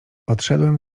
odszedłem